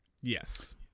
Yes